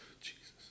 Jesus